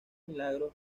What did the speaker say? milagros